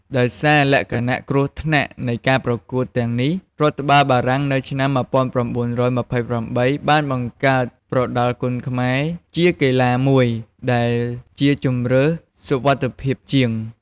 ដោយសារលក្ខណៈគ្រោះថ្នាក់នៃការប្រកួតទាំងនេះ រដ្ឋបាលបារាំងនៅឆ្នាំ១៩២៨ បានបង្កើត ប្រដាល់គុនខ្មែរ ជាកីឡាមួយ ដែលជាជម្រើសសុវត្ថិភាពជាង។